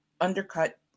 undercut